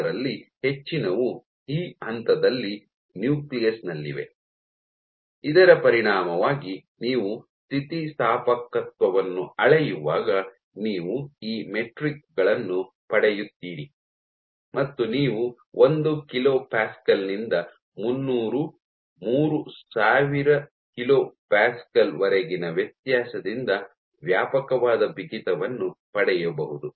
ಅದರಲ್ಲಿ ಹೆಚ್ಚಿನವು ಈ ಹಂತದಲ್ಲಿ ನ್ಯೂಕ್ಲಿಯಸ್ ನಲ್ಲಿವೆ ಇದರ ಪರಿಣಾಮವಾಗಿ ನೀವು ಸ್ಥಿತಿಸ್ಥಾಪಕತ್ವವನ್ನು ಅಳೆಯುವಾಗ ನೀವು ಈ ಮೆಟ್ರಿಕ್ ಗಳನ್ನು ಪಡೆಯುತ್ತೀರಿ ಮತ್ತು ನೀವು ಒಂದು ಕಿಲೋ ಪ್ಯಾಸ್ಕಲ್ ನಿಂದ ಮುನ್ನೂರು ಮೂರು ಸಾವಿರ ಕಿಲೋ ಪ್ಯಾಸ್ಕಲ್ ವರೆಗಿನ ವ್ಯತ್ಯಾಸದಿಂದ ವ್ಯಾಪಕವಾದ ಬಿಗಿತವನ್ನು ಪಡೆಯಬಹುದು